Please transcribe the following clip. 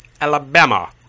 Alabama